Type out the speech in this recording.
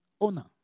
owner